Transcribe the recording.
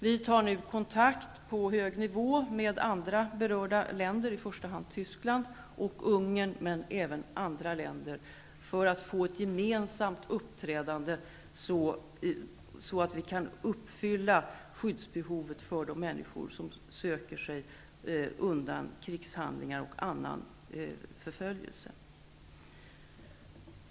Vi tar nu kontakt på hög nivå med andra berörda länder, i första hand med Tyskland, Ungern och även med andra länder för att få till stånd ett gemensamt uppträdande, så att skyddsbehovet för de människor som söker sig undan krigshandlingar och annan förföljelse kan uppfyllas.